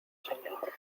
señor